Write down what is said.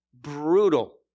brutal